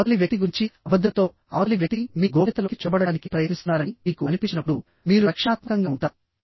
అవతలి వ్యక్తి గురించి అభద్రతతో అవతలి వ్యక్తి మీ గోప్యతలోకి చొరబడటానికి ప్రయత్నిస్తున్నారని మీకు అనిపించినప్పుడు మీరు రక్షణాత్మకంగా ఉంటారు